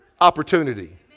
Opportunity